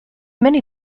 many